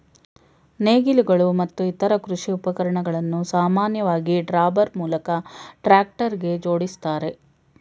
ನೇಗಿಲುಗಳು ಮತ್ತು ಇತರ ಕೃಷಿ ಉಪಕರಣಗಳನ್ನು ಸಾಮಾನ್ಯವಾಗಿ ಡ್ರಾಬಾರ್ ಮೂಲಕ ಟ್ರಾಕ್ಟರ್ಗೆ ಜೋಡಿಸ್ತಾರೆ